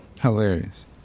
hilarious